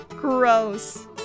Gross